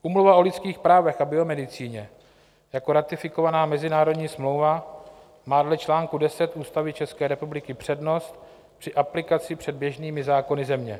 Úmluva o lidských právech a biomedicíně jako ratifikovaná mezinárodní smlouva má dle čl. 10 Ústavy České republiky přednost při aplikaci před běžnými zákony země.